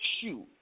shoot